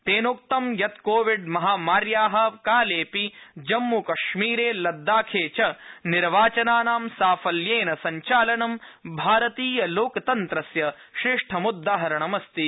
तेनोक्त् Covid महामार्या कालेऽपि जम्मूकश्मीरे लद्दाखे च निर्वाचनानां साफल्येन सब्चालनं भारतीय लोकतन्त्रस्य श्रेष्ठमुदाहरणमस्ति